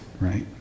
right